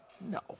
No